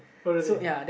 oh really